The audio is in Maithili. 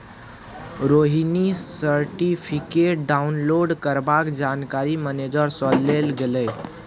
रोहिणी सर्टिफिकेट डाउनलोड करबाक जानकारी मेनेजर सँ लेल गेलै